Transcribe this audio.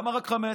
למה רק חמץ?